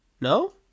no